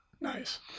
Nice